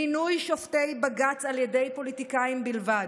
מינוי שופטי בג"ץ על ידי פוליטיקאים בלבד.